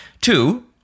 Two